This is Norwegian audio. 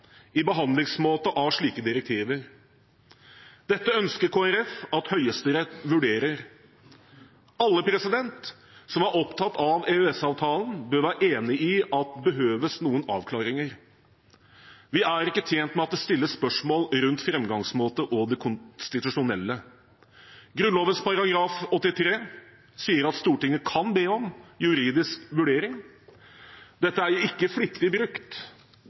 i behandlingsmåte av slike direktiver. Dette ønsker Kristelig Folkeparti at Høyesterett vurderer. Alle som er opptatt av EØS-avtalen, bør være enig i at det behøves noen avklaringer. Vi er ikke tjent med at det stilles spørsmål rundt framgangsmåte og det konstitusjonelle. Grunnloven § 83 sier at Stortinget kan be om juridisk vurdering. Dette er ikke flittig brukt